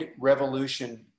revolution